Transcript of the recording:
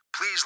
please